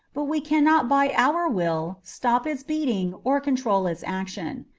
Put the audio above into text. but we cannot by our will stop its beating or control its action.